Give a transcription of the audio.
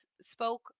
spoke